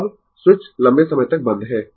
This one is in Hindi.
तो अब स्विच लंबे समय तक बंद है